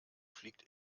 fliegt